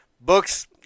Books